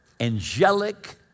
angelic